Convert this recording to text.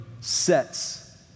sets